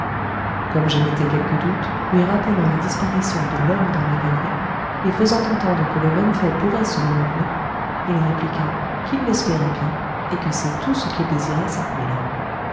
comme j'émettais quelque doute lui rappelant la disparition de l'homme dans la galerie et faisant entendre que le même fait pourrait se renouveler il répliqua qu'il l'espérait bien et que c'est tout ce qu'il désirait cette nuit-là